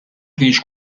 kienx